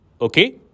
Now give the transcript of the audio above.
Okay